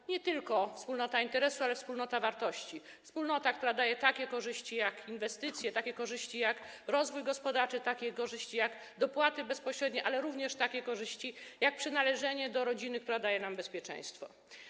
To nie tylko wspólnota interesu, ale wspólnota wartości, wspólnota, która daje takie korzyści jak inwestycje, takie korzyści jak rozwój gospodarczy, takie korzyści jak dopłaty bezpośrednie, ale również takie korzyści jak przynależenie do rodziny, która daje nam bezpieczeństwo.